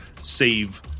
save